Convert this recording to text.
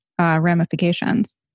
ramifications